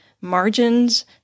margins